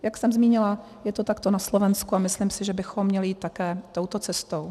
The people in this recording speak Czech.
Jak jsem zmínila, je to takto na Slovensku a myslím si, že bychom měli jít také touto cestou.